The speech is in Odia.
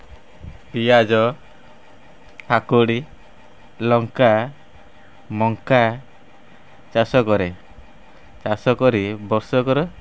ପିଆଜ କାକୁଡ଼ି ଲଙ୍କା ମକା ଚାଷ କରେ ଚାଷ କରି ବର୍ଷକରେ